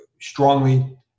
strongly